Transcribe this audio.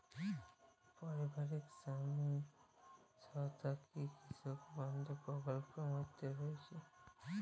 পারিবারিক বীমা সহায়তা কি কৃষক বন্ধু প্রকল্পের মধ্যে রয়েছে?